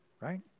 right